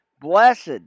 Blessed